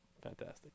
Fantastic